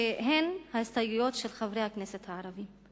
שהן ההסתייגויות של חברי הכנסת הערבים.